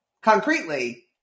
concretely